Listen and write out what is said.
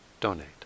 donate